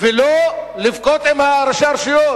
ולא לבכות עם ראשי הרשויות.